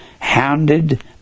hounded